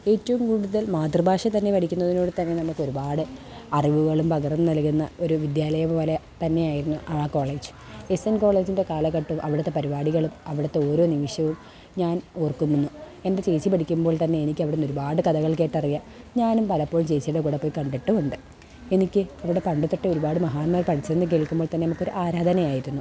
ഏറ്റവും കൂടുതല് മാതൃഭാഷ തന്നെ പഠിക്കുന്നതിനോടു തന്നെ നമുക്ക് ഒരുപാട് അറിവുകളും പകര്ന്നു നല്കുന്ന ഒരു വിദ്യാലയം പോലെ തന്നെയായിരുന്നു ആ കോളേജ് എസ് എന് കോളേജിന്റെ കാലഘട്ടവും അവിടുത്തെ പരിപാടികളും അവിടുത്തെ ഓരോ നിമിഷവും ഞാന് ഓര്ക്കുന്നു എന്റെ ചേച്ചി പഠിക്കുമ്പോള് തന്നെ എനിക്കവിടെ നിന്ന് ഒരുപാട് കഥകള് കേട്ടറിയാം ഞാനും പലപ്പോള് ചേച്ചിയുടെ കൂടെ പോയി കണ്ടിട്ടും ഉണ്ട് എനിക്ക് അവിടെ പണ്ടുതൊട്ടേ ഒരുപാട് മഹാന്മാര് പഠിച്ചെന്നു കേള്ക്കുമ്പോ തന്നെ നമുക്ക് ആരാധനയായിരുന്നു